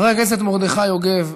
חבר הכנסת מרדכי יוגב,